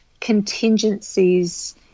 contingencies